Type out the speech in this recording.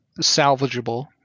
salvageable